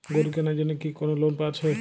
গরু কেনার জন্য কি কোন লোন আছে?